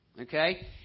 okay